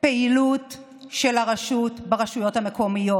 פעילות של הרשות ברשויות המקומיות.